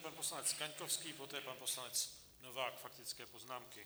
Nyní pan poslanec Kaňkovský, poté pan poslanec Novák, faktické poznámky.